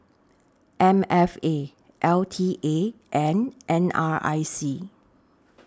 M F A L T A and N R I C